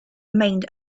remained